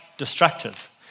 destructive